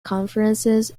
conferences